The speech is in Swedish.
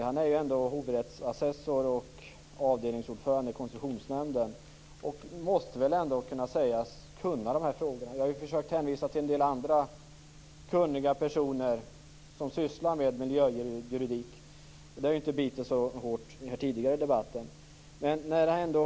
Han är ändå hovrättsassessor och avdelningsordförande i Koncessionsnämnden och måste väl ändå kunna sägas kunna de här frågorna. Jag har försökt hänvisa till en del andra kunniga personer som sysslar med miljöjuridik, men det har inte bitit så hårt tidigare i debatten.